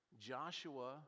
joshua